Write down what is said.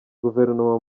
guverinoma